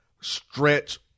stretch